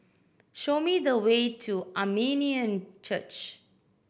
show me the way to Armenian Church